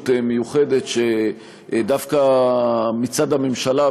הזדמנות מיוחדת שדווקא מצד הממשלה,